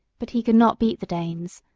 but he could not beat the danes,